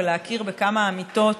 להכיר בכמה אמיתות